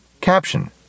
Caption